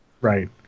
Right